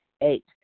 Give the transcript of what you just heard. Eight